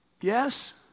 Yes